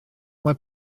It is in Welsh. mae